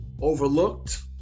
overlooked